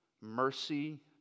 mercy